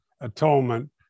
atonement